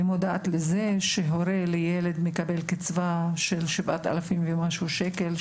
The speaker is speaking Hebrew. אני מודעת לזה שהורה לילד מקבל קצבה של 7,000 ומשהו שקל,